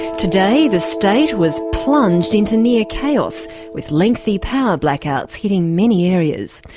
today the state was plunged into near-chaos with lengthy power blackouts hitting many areas.